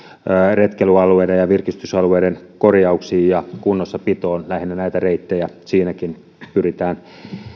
retkeilyalueiden ja virkistysalueiden korjauksiin ja kunnossapitoon lähinnä näitä reittejä siinäkin pyritään